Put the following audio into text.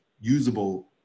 usable